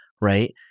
right